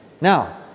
Now